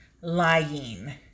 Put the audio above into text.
lying